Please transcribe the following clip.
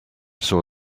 saw